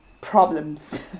problems